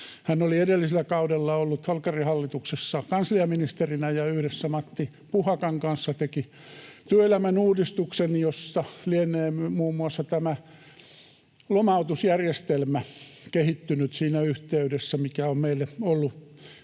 Hän oli edellisellä kaudella ollut Holkerin hallituksessa kansliaministerinä ja yhdessä Matti Puhakan kanssa teki työelämän uudistuksen, josta lienee kehittynyt siinä yhteydessä muun muassa